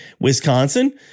Wisconsin